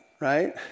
right